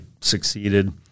succeeded